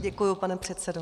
Děkuji, pane předsedo.